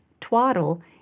Twaddle